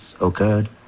occurred